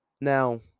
Now